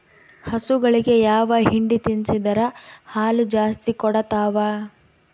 ಹಸುಗಳಿಗೆ ಯಾವ ಹಿಂಡಿ ತಿನ್ಸಿದರ ಹಾಲು ಜಾಸ್ತಿ ಕೊಡತಾವಾ?